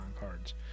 cards